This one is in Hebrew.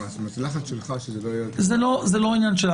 זה לחץ שלך שזה לא יהיה --- זה לא עניין של לחץ.